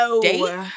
date